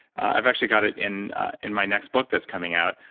i've actually got it in in my next book that's coming out,